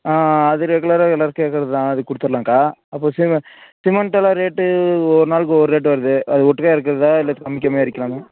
ஆ அது ரெகுலராவே எல்லாரும் கேட்கறது தான் அதை கொடுத்துர்லாம்க்கா அப்பறோம் சிமெ சிமெண்ட்டல்லாம் ரேட்டு ஒவ்வொரு நாளுக்கு ஒவ்வொரு ரேட் வருது அது ஒட்டுக்கையா இறக்கறதா இல்லை கம்மி கம்மியாக இறக்கிக்கலாமா